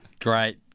great